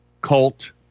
cult